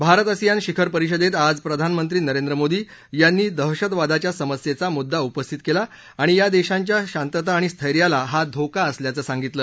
Bharat ASEAN शिखर परिषदेत आज प्रधानमंत्री नरेंद्र मोदी यांनी दहशतवादाच्या समस्येचा मुद्दा उपस्थित केला आणि या देशांच्या शांतता आणि स्थैर्याला हा धोका असल्याचं सांगितलं